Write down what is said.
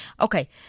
Okay